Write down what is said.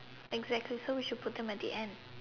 exactly so we should him at the end